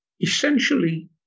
Essentially